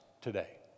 today